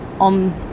on